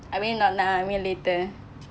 I mean not now I mean later